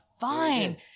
fine